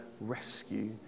rescue